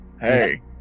hey